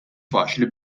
faċli